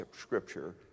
Scripture